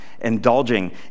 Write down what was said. indulging